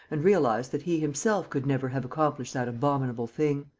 and realized that he himself could never have accomplished that abominable thing.